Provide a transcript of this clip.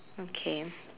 okay